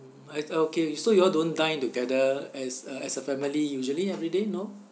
I okay so you all don't dine together as a as a family usually everyday no